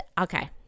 okay